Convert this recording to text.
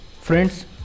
friends